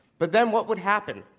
but then what would happen?